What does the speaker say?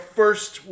first